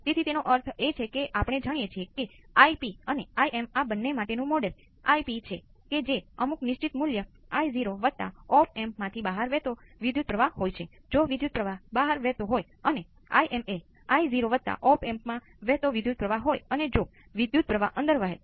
તેથી આ હકીકત એ છે કે આપણી પાસે અચળ ઇનપુટ્સ તરીકે ગણવામાં આવે છે તો આ સારું છે